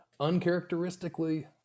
uncharacteristically